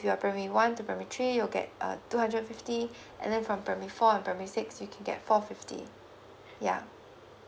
you're primary one to primary three you get uh two hundred fifty and then from primary four or primary six you can get four fifty